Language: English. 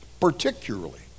particularly